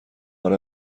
آره